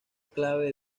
clave